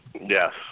Yes